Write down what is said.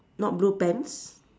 not blue pants